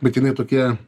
bet jinai tokia